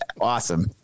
awesome